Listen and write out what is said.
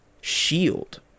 shield